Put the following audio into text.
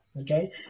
Okay